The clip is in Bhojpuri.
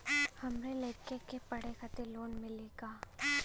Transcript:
हमरे लयिका के पढ़े खातिर लोन मिलि का?